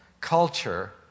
culture